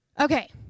okay